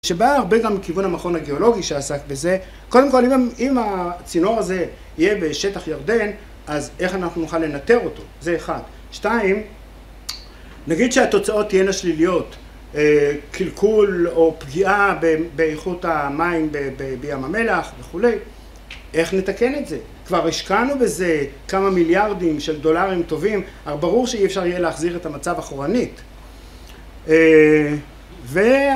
שבאה הרבה גם מכיוון המכון הגיאולוגי שעסק בזה. קודם כל, אם, אם הצינור הזה יהיה בשטח ירדן, אז איך אנחנו נוכל לנטר אותו? זה אחד. שתיים, נגיד שהתוצאות תהיינה שליליות, קלקול או פגיעה באיכות המים בים המלח וכולי, איך נתקן את זה? כבר השקענו בזה כמה מיליארדים של דולרים טובים, הרי ברור שאי אפשר יהיה להחזיר את המצב אחורנית. ו...